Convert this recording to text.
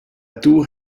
tour